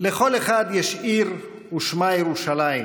"לכל אחד יש עיר ושמה ירושלים",